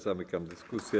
Zamykam dyskusję.